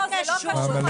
לא, זה לא קשור.